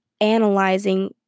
analyzing